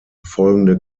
folgende